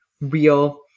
real